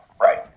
right